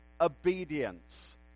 obedience